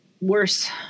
Worse